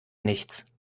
nichts